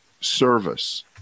service